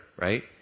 right